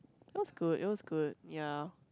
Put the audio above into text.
that was good it was good ya